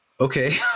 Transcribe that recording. Okay